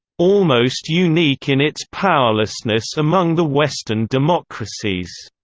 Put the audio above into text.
almost unique in its powerlessness among the western democracies.